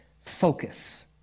focus